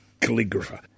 calligrapher